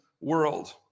world